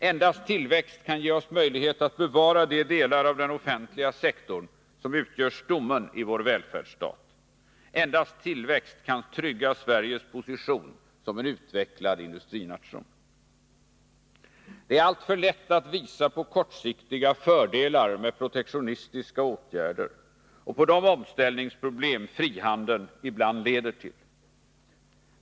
Endast tillväxt kan ge oss möjlighet att bevara de delar av den offentliga sektorn som utgör stommen i vår välfärdsstat. Endast tillväxt kan trygga Sveriges position som en utvecklad industrination. Det är alltför lätt att visa på kortsiktiga fördelar med protektionistiska åtgärder och på de omställningsproblem frihandeln ibland leder till.